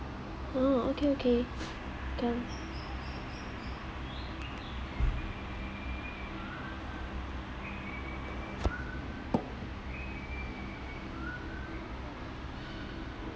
oh okay okay can